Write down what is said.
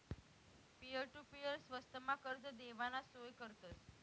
peer to peer स्वस्तमा कर्ज देवाना सोय करतस